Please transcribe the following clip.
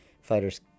fighters